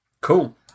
cool